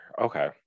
okay